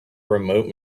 remote